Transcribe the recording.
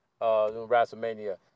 WrestleMania